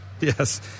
Yes